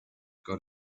got